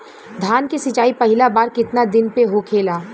धान के सिचाई पहिला बार कितना दिन पे होखेला?